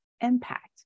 impact